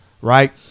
right